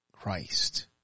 Christ